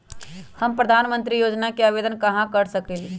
हम प्रधानमंत्री योजना के आवेदन कहा से कर सकेली?